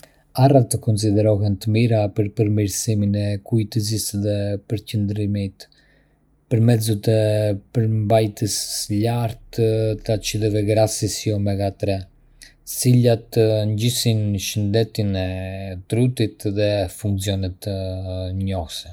Arrat konsiderohen të mira për përmirësimin e kujtesës dhe përqendrimit për mezzo të përmbajtjes së lartë të acideve grassi si omega-tre, të cilat nxisin shëndetin e trurit dhe funksionet njohëse.